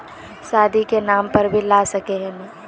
शादी के नाम पर भी ला सके है नय?